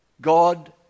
God